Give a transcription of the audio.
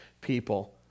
people